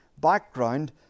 background